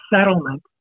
settlement